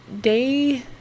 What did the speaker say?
day